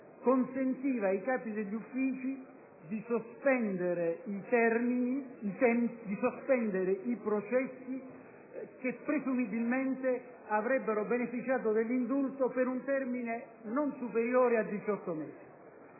consentiva ai capi degli uffici di sospendere i processi che presumibilmente avrebbero beneficiato dell'indulto per un termine non superiore a 18 mesi;